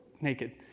naked